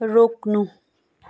रोक्नु